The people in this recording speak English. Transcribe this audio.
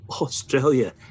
Australia